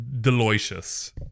delicious